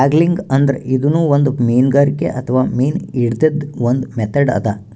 angling ಅಂದ್ರ ಇದೂನು ಒಂದ್ ಮೀನ್ಗಾರಿಕೆ ಅಥವಾ ಮೀನ್ ಹಿಡ್ಯದ್ದ್ ಒಂದ್ ಮೆಥಡ್ ಅದಾ